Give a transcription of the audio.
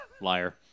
Liar